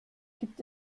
gibt